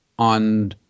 on